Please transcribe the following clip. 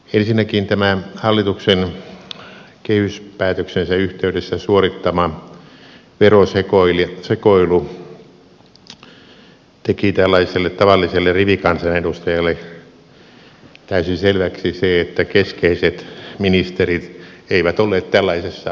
ensinnäkin tämä hallituksen kehyspäätöksensä yhteydessä suorittama verosekoilu teki tällaiselle tavalliselle rivikansanedustajalle täysin selväksi sen että keskeiset ministerit eivät olleet tällaisessa asiassa kartalla